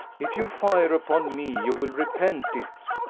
if you fire upon me, you will repent it,